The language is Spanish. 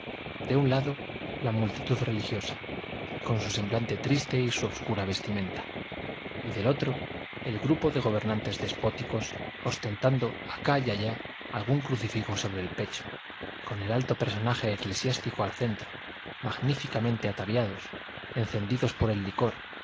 de un lado la multitud religiosa con su semblante triste y su obscura vestimenta y del otro el grupo de gobernantes despóticos ostentando acá y allá algún crucifijo sobre el pecho con el alto personaje eclesiástico al centro magníficamente ataviados encendidos por el licor